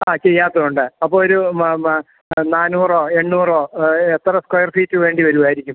ആ ചെയ്യാത്തതുകൊണ്ട് അപ്പോൾ ഒരു നാനൂറോ എണ്ണൂറോ എത്ര സ്ക്വയർ ഫീറ്റ് വേണ്ടി വരുമായിരിക്കും